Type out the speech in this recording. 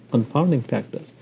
confounding factors?